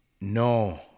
No